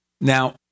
Now